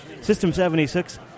System76